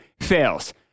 fails